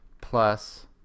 plus